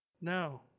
No